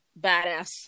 badass